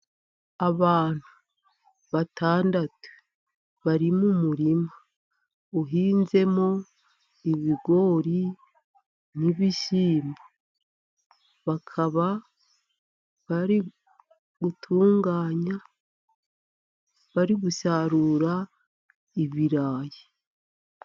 Abantu batandatu bari mu murima uhinzemo ibigori n'ibishyimbo. Bakaba bari gutunganya, bari gusarura ibirayi.